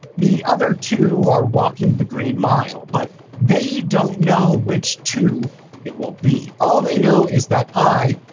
the other two are walking the green mile, but they don't know which two it will be. all they know is that i,